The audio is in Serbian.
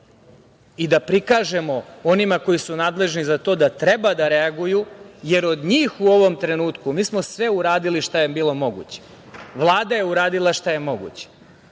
i da prikažemo onima koji su nadležni za to da treba da reaguju, jer od njih u ovom trenutku, mi smo sve uradili šta je bilo moguće, Vlada je uradila šta je moguće,